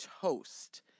toast